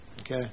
Okay